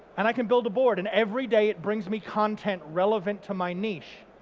and i can build a board and everyday it brings me content relevant to my niche.